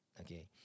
Okay